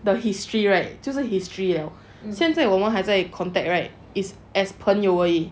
the history right 就是 history 了现在我们还在 contact right is as 朋友而已